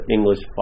English